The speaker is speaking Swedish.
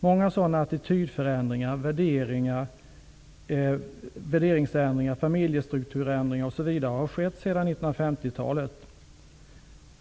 Många sådana attitydförändringar, förändringar i värderingar och förändringar i familjestrukturer har skett sedan 1950-talet.